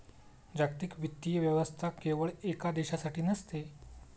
जागतिक वित्तीय व्यवस्था केवळ एका देशासाठी नसते